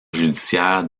judiciaire